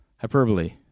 Hyperbole